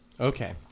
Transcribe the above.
Okay